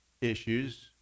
issues